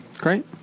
Great